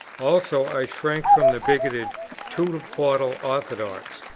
also i shrank from the bigoted two-bottle-orthodox,